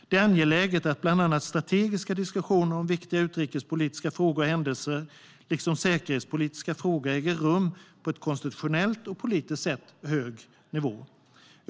Det är angeläget att bland annat strategiska diskussioner om viktiga utrikespolitiska frågor och händelser, liksom säkerhetspolitiska frågor, äger rum på en konstitutionellt och politiskt sett hög nivå.